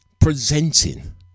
presenting